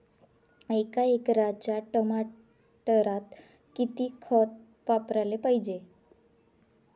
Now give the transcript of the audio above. एका एकराच्या टमाटरात किती खत वापराले पायजे?